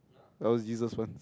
I was Jesus once